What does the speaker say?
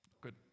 Good